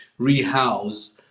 rehouse